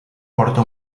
porta